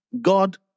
God